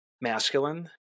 Masculine